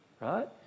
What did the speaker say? Right